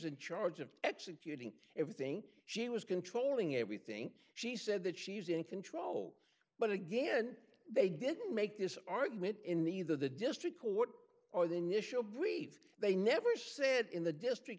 in charge of executing everything she was controlling everything she said that she was in control but again they didn't make this argument in the either the district court or the nissho brief they never said in the district